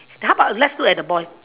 how about let's look at the boy